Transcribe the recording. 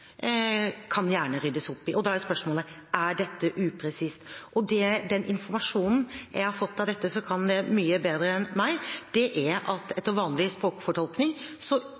kan det gjerne ryddes opp i. Da er spørsmålet: Er dette upresist? Den informasjonen jeg har fått fra folk som kan dette mye bedre enn meg selv, er at